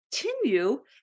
continue